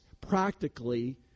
practically